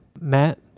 Matt